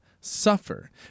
suffer